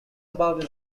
about